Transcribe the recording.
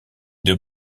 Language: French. deux